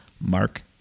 Mark